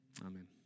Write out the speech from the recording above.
Amen